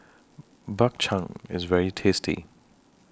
Bak Chang IS very tasty